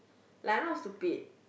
like I'm not stupid